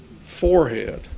forehead